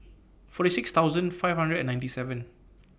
forty six thousand five hundred and ninety seven